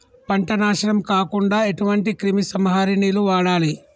పంట నాశనం కాకుండా ఎటువంటి క్రిమి సంహారిణిలు వాడాలి?